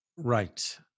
Right